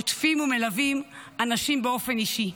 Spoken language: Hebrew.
עוטפים ומלווים אנשים באופן אישי.